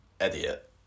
idiot